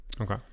Okay